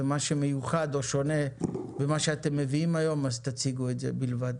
ומה שמיוחד או שונה ומה שאתם מביאים היום אז תציגו את זה בלבד.